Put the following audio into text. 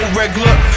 regular